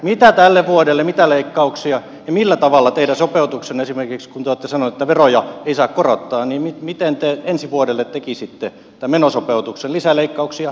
mitä tälle vuodelle mitä leikkauksia ja millä tavalla esimerkiksi kun te olette sanoneet että veroja ei saa korottaa te ensi vuodelle tekisitte tämän menosopeutuksen